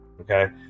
Okay